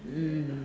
mm